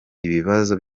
ibibazo